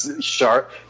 sharp